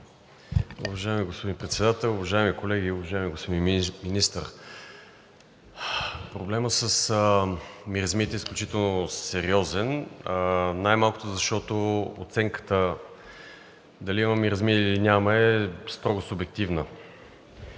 Уважаеми господин Председател, уважаеми колеги, уважаеми господин Министър! Проблемът с миризмите е изключително сериозен най-малкото защото оценката дали има миризми, или няма, е строго субективна.